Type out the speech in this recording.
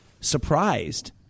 surprised